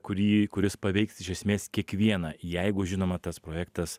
kurį kuris paveiks iš esmės kiekvieną jeigu žinoma tas projektas